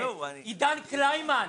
עידן קלימן,